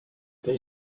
they